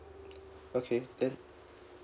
okay then